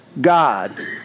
God